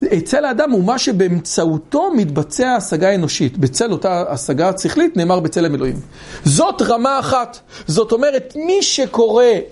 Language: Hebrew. אצל האדם הוא מה שבאמצעותו מתבצע השגה האנושית. בצל אותה השגה שכלית נאמר בצלם אלוהים. זאת רמה אחת. זאת אומרת, מי שקורא...